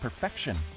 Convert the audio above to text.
perfection